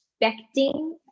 expecting